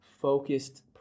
focused